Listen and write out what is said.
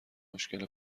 مشکل